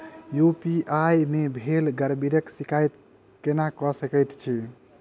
UPI मे भेल गड़बड़ीक शिकायत केना कऽ सकैत छी?